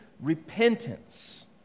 repentance